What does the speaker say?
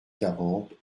quarante